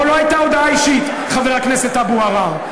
פה לא הייתה הודעה אישית, חבר הכנסת אבו עראר.